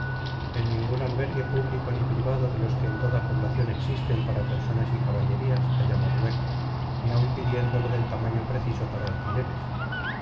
en ningún albergue público ni privado de los que en toda población existen para personas y caballerías hallamos hueco ni aun pidiéndolo del tamaño preciso para alfileres